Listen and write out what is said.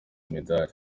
imidari